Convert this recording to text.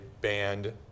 banned